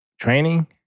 training